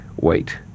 wait